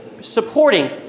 supporting